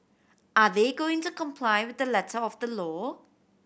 are they going to comply with the letter of the law